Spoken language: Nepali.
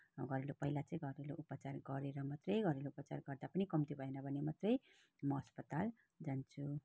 घरेलु पहिला चाहिँ घरेलु उपचार गरेर मात्रै घरेलु उपचार गर्दा पनि कम्ती भएन भने मात्रै म अस्पताल जान्छु